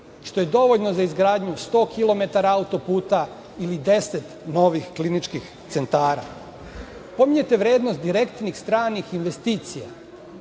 što je dovoljno za izgradnju 100 kilometara auto-puta ili 10 novih kliničkih centara. Pominjete vrednost direktnih stranih investicija,